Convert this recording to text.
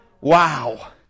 Wow